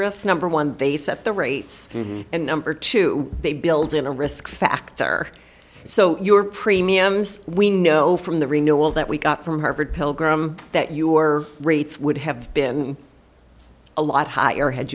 risk number one they set the rates and number two they build in a risk factor so your premiums we know from the renewal that we got from harvard pilgrim that your rates would have been a lot higher had